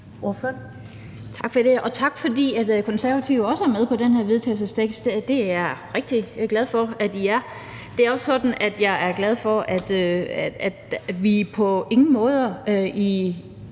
tak, fordi Konservative også er med på det her forslag til vedtagelse. Det er jeg rigtig glad for at I er. Det er også sådan, at jeg er glad for, at vi på ingen måder i